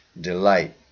delight